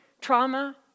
trauma